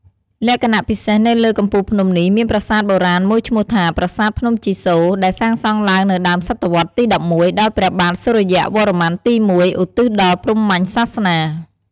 លក្ខណៈពិសេស នៅលើកំពូលភ្នំនេះមានប្រាសាទបុរាណមួយឈ្មោះថា ប្រាសាទភ្នំជីសូ ដែលសាងសង់ឡើងនៅដើមសតវត្សទី ១១ ដោយព្រះបាទសុរិយវរ្ម័នទី១ ឧទ្ទិសដល់ព្រហ្មញ្ញសាសនា។